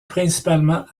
principalement